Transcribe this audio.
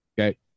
okay